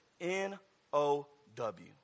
N-O-W